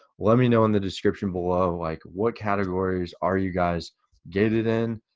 let me know in the description below like what categories are you guys gated in,